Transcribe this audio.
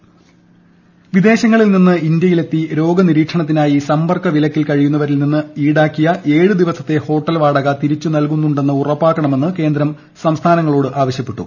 hotel വാടക വിദേശങ്ങളിൽ നിന്ന് ഇന്ത്യയിലെത്തി രോഗനിരീക്ഷണത്തിനായി സമ്പർക്ക വിലക്കിൽ കഴിയുന്നവരിൽ നിസ്റ്റ് ഇന്റടാക്കിയ ഏഴ് ദിവസത്തെ ഹോട്ടൽ വാടക തിരിച്ചു നൽകുന്നുണ്ടെന്ന് ഉറപ്പാക്കണമെന്ന് കേന്ദ്രം സംസ്ഥാനങ്ങളോട് ആവശ്യപ്പെട്ടു